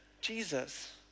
Jesus